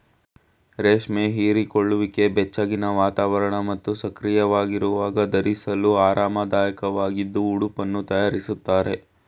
ರೇಷ್ಮೆ ಹೀರಿಕೊಳ್ಳುವಿಕೆ ಬೆಚ್ಚಗಿನ ವಾತಾವರಣ ಮತ್ತು ಸಕ್ರಿಯವಾಗಿರುವಾಗ ಧರಿಸಲು ಆರಾಮದಾಯಕವಾಗಿದ್ದು ಉಡುಪನ್ನು ತಯಾರಿಸ್ತಾರೆ